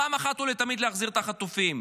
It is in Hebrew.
פעם אחת ולתמיד להחזיר את החטופים.